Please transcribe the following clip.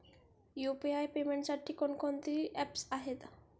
UPI पेमेंटसाठी कोणकोणती apps आहेत?